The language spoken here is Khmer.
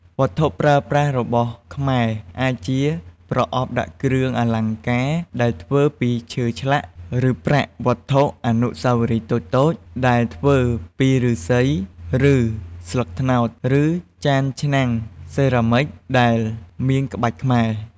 វត្ថុប្រើប្រាស់របស់ខ្មែរ អាចជា ប្រអប់ដាក់គ្រឿងអលង្ការដែលធ្វើពីឈើឆ្លាក់ ឬប្រាក់ វត្ថុអនុស្សាវរីយ៍តូចៗដែលធ្វើពីឫស្សី ឬស្លឹកត្នោត ឬ ចានឆ្នាំងសេរ៉ាមិច ដែលមានក្បាច់ខ្មែរ។